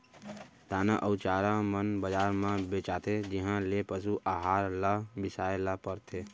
दाना अउ चारा मन बजार म बेचाथें जिहॉं ले पसु अहार ल बिसाए ल परथे